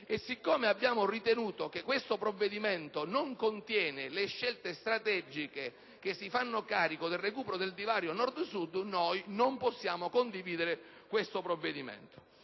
E siccome abbiamo ritenuto che questo provvedimento non contiene le scelte strategiche che si fanno carico del recupero del divario tra Nord e Sud, noi non possiamo condividerlo. Il vice